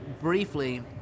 briefly